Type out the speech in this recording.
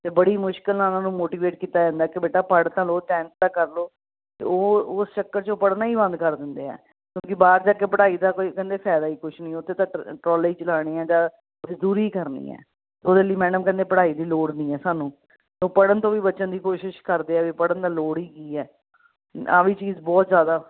ਅਤੇ ਬੜੀ ਮੁਸ਼ਕਲ ਨਾਲ ਉਹਨਾਂ ਨੂੰ ਮੋਟੀਵੇਟ ਕੀਤਾ ਜਾਂਦਾ ਕਿ ਬੇਟਾ ਪੜ੍ਹ ਤਾਂ ਲਓ ਟੈਂਨਥ ਤਾਂ ਕਰ ਲਓ ਅਤੇ ਉਹ ਉਸ ਚੱਕਰ 'ਚੋਂ ਪੜ੍ਹਨਾ ਹੀ ਬੰਦ ਕਰ ਦਿੰਦੇ ਆ ਕਿਉਂਕਿ ਬਾਹਰ ਜਾ ਕੇ ਪੜ੍ਹਾਈ ਦਾ ਕੋਈ ਕਹਿੰਦੇ ਫਾਇਦਾ ਹੀ ਕੁਛ ਨਹੀਂ ਉੱਥੇ ਤਾਂ ਟਰੋਲੇ ਹੀ ਚਲਾਉਣੇ ਆ ਜਾਂ ਮਜ਼ਦੂਰੀ ਕਰਨੀ ਹੈ ਉਹਦੇ ਲਈ ਮੈਡਮ ਕਹਿੰਦੇ ਪੜ੍ਹਾਈ ਦੀ ਲੋੜ ਨਹੀਂ ਹੈ ਸਾਨੂੰ ਉਹ ਪੜ੍ਹਨ ਤੋਂ ਵੀ ਬਚਣ ਦੀ ਕੋਸ਼ਿਸ਼ ਕਰਦੇ ਆ ਵੀ ਪੜ੍ਹਨ ਦੀ ਲੋੜ ਹੀ ਕੀ ਆ ਆ ਵੀ ਚੀਜ਼ ਬਹੁਤ ਜ਼ਿਆਦਾ